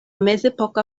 mezepoka